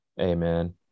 Amen